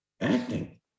acting